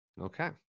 Okay